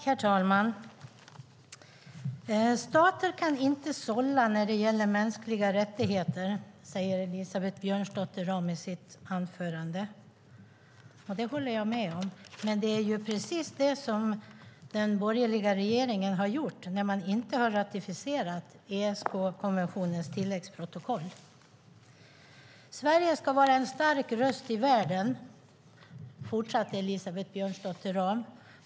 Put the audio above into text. Herr talman! Stater kan inte sålla när det gäller mänskliga rättigheter, säger Elisabeth Björnsdotter Rahm i sitt anförande. Det håller jag med om, men det är precis det som den borgerliga regeringen har gjort när den inte har ratificerat ESK-konventionens tilläggsprotokoll. Sverige ska vara en stark röst i världen, fortsätter Elisabeth Björnsdotter Rahm.